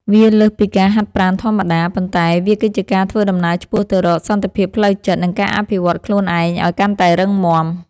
វាលើសពីការហាត់ប្រាណធម្មតា ប៉ុន្តែវាគឺជាការធ្វើដំណើរឆ្ពោះទៅរកសន្តិភាពផ្លូវចិត្ត និងការអភិវឌ្ឍខ្លួនឯងឱ្យកាន់តែរឹងមាំ។